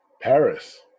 Paris